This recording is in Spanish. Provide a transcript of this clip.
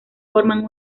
forman